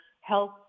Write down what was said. health